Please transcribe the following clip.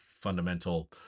fundamental